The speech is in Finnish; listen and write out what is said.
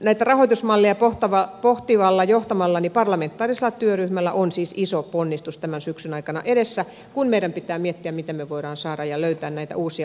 näitä rahoitusmalleja pohtivalla ja johtamallani parlamentaarisella työryhmällä on siis iso ponnistus tämän syksyn aikana edessä kun meidän pitää miettiä miten me voimme saada ja löytää näitä uusia rahoitusmalleja